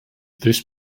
this